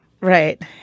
Right